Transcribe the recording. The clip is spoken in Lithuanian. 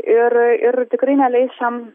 ir ir tikrai neleis šiam